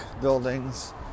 buildings